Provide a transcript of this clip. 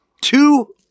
two